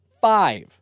Five